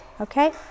okay